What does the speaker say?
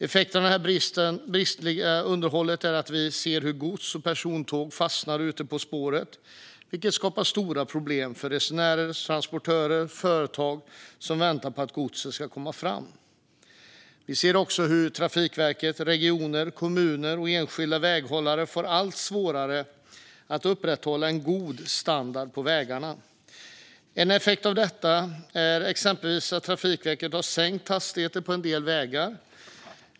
Effekten av det bristfälliga underhållet är att vi ser hur gods och persontåg fastnar ute på spåret, vilket skapar stora problem för resenärer, transportörer och företag som väntar på att godset ska komma fram. Vi ser också hur Trafikverket, regioner, kommuner och enskilda väghållare får allt svårare att upprätthålla en god standard på vägarna. En effekt av detta är exempelvis att Trafikverket har sänkt hastigheten på en del vägar.